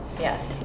yes